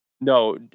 No